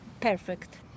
Perfect